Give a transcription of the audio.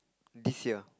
this year